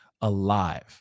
alive